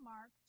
Mark